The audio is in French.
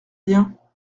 bien